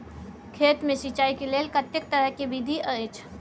खेत मे सिंचाई के लेल कतेक तरह के विधी अछि?